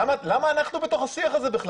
למה אנחנו בתוך השיח הזה?